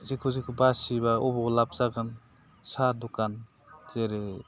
जेखौ जेखौ बासियोब्ला अबाव लाब जागोन साहा दुखान जेरै